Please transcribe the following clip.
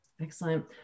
Excellent